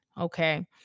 Okay